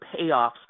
payoffs